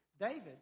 David